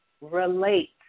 relate